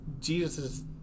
Jesus